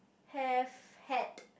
have had